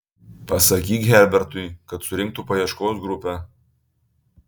pasakyk herbertui kad surinktų paieškos grupę